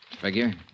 Figure